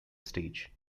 stage